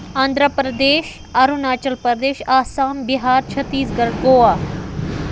Andhra Pradesh Arunachal Pradesh Assam Bihar Chhattisgarh Goa